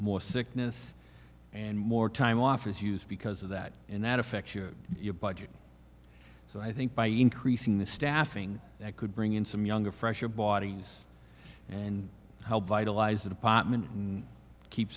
more sickness and more time off is used because of that and that affects your budget so i think by increasing the staffing that could bring in some younger fresher bodies and help vitalize the department and keep